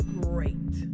great